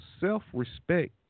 self-respect